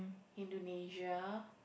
Indonesia